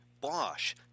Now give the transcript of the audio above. Bosch